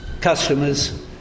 customers